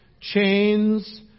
chains